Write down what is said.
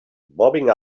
bobbing